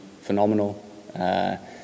phenomenal